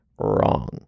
wrong